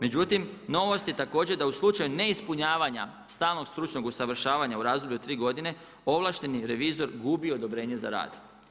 Međutim, novost je također da u slučaju neispunjavanja stalnog stručnog usavršavanja u razdoblju od tri godine, ovlašteni revizor gubi odobrenje za rad.